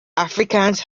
afrikaans